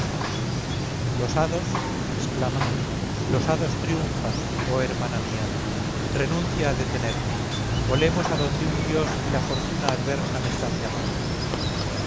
los hados exclama los hados triunfan oh hermana mía renuncia a detenerme volemos adonde un dios y la fortuna adversa me están llamando